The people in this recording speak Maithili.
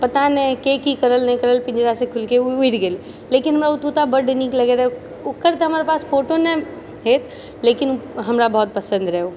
पता नहि के की कयलक नहि कयलक पिंजड़ा से खुलिके ओ उड़ि गेल लेकिन हमरा ओ तोता बड्ड नीक लगै रहै ओकर तऽ हमर पास फोटो नहि हैत लेकिन हमरा बहुत पसन्द रहै ओ